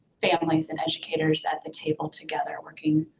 families and educators at the table together working,